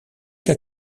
qu’à